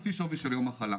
לפי שווי של יום מחלה.